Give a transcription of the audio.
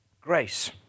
grace